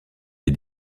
des